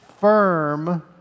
firm